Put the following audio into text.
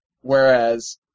Whereas